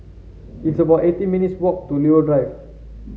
it's about eighteen minutes' walk to Leo Drive